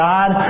God